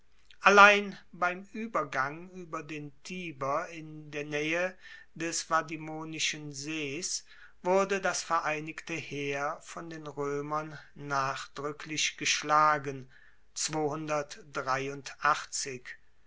allein beim uebergang ueber den tiber in der naehe des vadimonischen sees wurde das vereinigte heer von den roemern nachdruecklich geschlagen